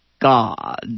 God